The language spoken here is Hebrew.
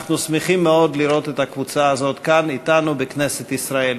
אנחנו שמחים מאוד לראות את הקבוצה הזאת כאן אתנו בכנסת ישראל.